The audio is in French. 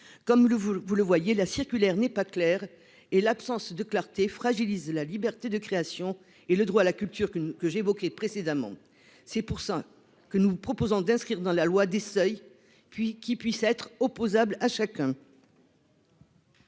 ? Vous le voyez, la circulaire n'est pas claire ; et l'absence de clarté fragilise la liberté de création et le droit à la culture que j'évoquais précédemment. C'est la raison pour laquelle l'amendement n° 33 tend à inscrire dans la loi des seuils qui puissent être opposables à chacun.